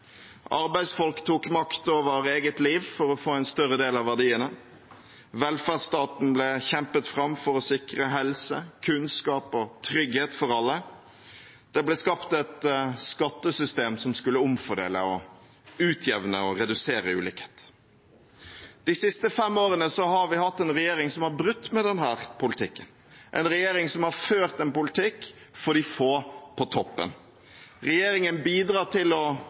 Arbeidsfolk tok makt over eget liv for å få en større del av verdiene. Velferdsstaten ble kjempet fram for å sikre helse, kunnskap og trygghet for alle. Det ble skapt et skattesystem som skulle omfordele, utjevne og redusere ulikhet. De siste fem årene har vi hatt en regjering som har brutt med denne politikken, en regjering som har ført en politikk for de få på toppen. Regjeringen bidrar til å